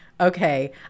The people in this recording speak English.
okay